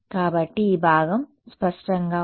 కాబట్టి ఈ భాగం స్పష్టంగా ఉంది